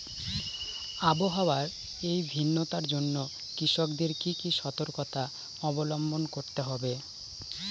আবহাওয়ার এই ভিন্নতার জন্য কৃষকদের কি কি সর্তকতা অবলম্বন করতে হবে?